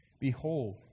Behold